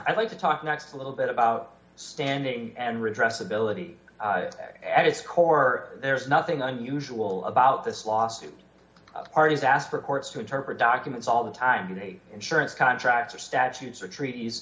i'd like to talk next a little bit about standing and redress ability at its core there's nothing unusual about this lawsuit parties ask for courts to interpret documents all the time insurance contracts or statutes or treaties